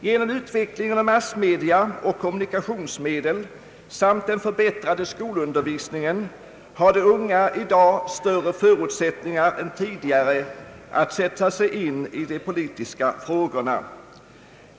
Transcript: Genom utvecklingen av massmedia och kommunikationsmedel samt den förbättrade skolundervisningen har de unga i dag större förutsättningar än tidigare att sätta sig in i politiska frågor.